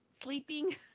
sleeping